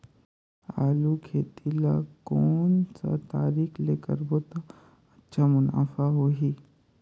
आलू खेती ला कोन सा तरीका ले करबो त अच्छा मुनाफा होही?